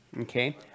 Okay